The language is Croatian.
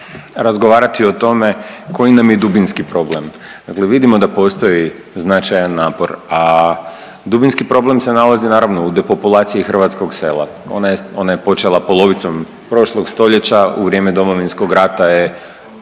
razgovarati o tome koji nam je dubinski problem. Dakle, vidimo da postoji značajan napor, a dubinski problem se nalazi naravno u depopulaciji hrvatskog sela. Ona je počela polovicom prošlog stoljeća u vrijeme Domovinskog rata je